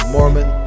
Mormon